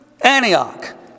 Antioch